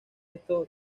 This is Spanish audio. esto